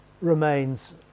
remains